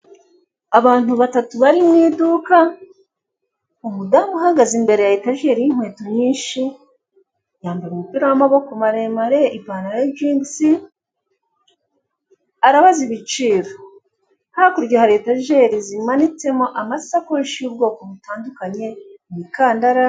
Abantu batatu bari mu iduka. Umudamu uhagaze imbere ya etageri y' inkweto nyinshi, yambaye umupira w'amaboko maremare, ipantaro y'ijinkisi arabaza ibiciro. Hakurya hari etageri zimanitsemo amasakoshi y'ubwoko butandukanye imikandara,...